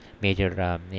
major